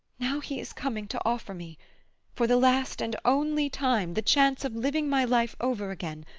now he is coming to offer me for the last and only time the chance of living my life over again,